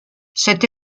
cette